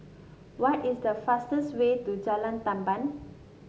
what is the fastest way to Jalan Tamban